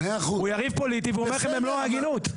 הוא יריב פוליטי והוא אומר לכם במלוא ההגינות.